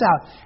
out